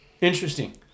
Interesting